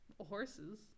horses